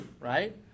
right